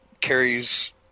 carries –